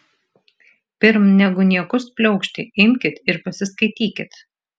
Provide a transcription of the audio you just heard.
pirm negu niekus pliaukšti imkit ir pasiskaitykit